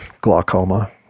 glaucoma